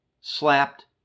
slapped